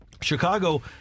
Chicago